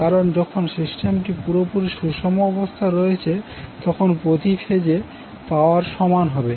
কারন যখন সিস্টেমটি পুরপুরি সুষম অবস্থায় রয়েছে তখন প্রতি ফেজে পাওয়ার সমান হবে